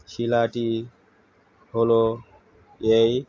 শিলাটি হলো এই